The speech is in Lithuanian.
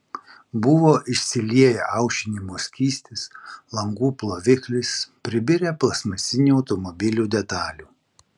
buvo išsilieję aušinimo skystis langų ploviklis pribirę plastmasinių automobilių detalių